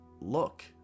Look